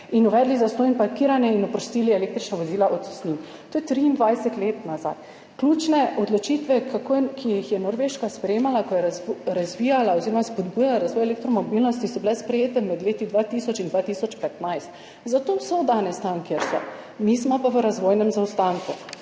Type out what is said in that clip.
in uvedli zastonj parkiranje in oprostili električna vozila cestnin. To je 23 let nazaj. Ključne odločitve, ki jih je Norveška sprejemala, ko je razvijala oziroma spodbujala razvoj elektromobilnosti, so bile sprejete med leti 2000 in 2015, zato so danes tam, kjer so. Mi smo pa v razvojnem zaostanku.